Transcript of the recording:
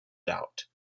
doubt